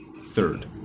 third